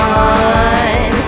on